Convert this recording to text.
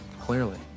clearly